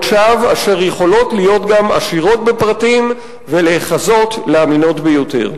שווא אשר יכולות להיות גם עשירות בפרטים ולהיחזות כאמינות ביותר.